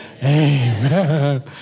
amen